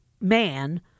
man